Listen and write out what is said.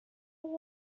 les